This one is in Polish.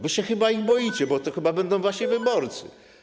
Wy się chyba ich boicie, bo to chyba będą wasi wyborcy.